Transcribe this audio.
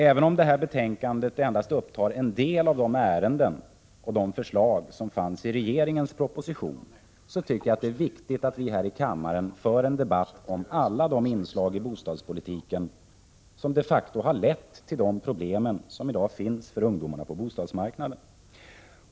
Även om det här betänkandet endast upptar en del av de ärenden och de förslag som fanns i regeringens proposition, tycker jag att det är viktigt att vi här i kammaren för en debatt om alla de inslag i bostadspolitiken som de facto har lett till de problem som ungdomarna i dag har på bostadsmarknaden.